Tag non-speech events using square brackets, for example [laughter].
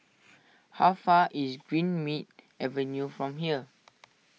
[noise] how far is Greenmead Avenue from here